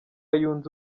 yunze